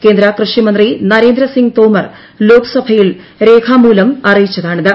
കേന്ദ്ര കൃഷി മന്ത്രി നരേന്ദ്രസിംഗ് തോമർ ലോക്സഭയിൽ രേഖാമൂലം അറിയിച്ചതാണിത്